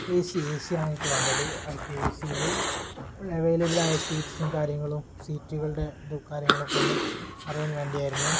A C ഏസിയാണ് എനിക്ക് വേണ്ടത് അപ്പം എസിയിൽ അവൈലബിൾ ആയ സീറ്റ്സും കാര്യങ്ങളും സീറ്റുകളുടെ ഇത് കാര്യങ്ങളൊക്കെ ഒന്ന് അറിയാൻ വേണ്ടിയായിരുന്നു